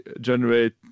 generate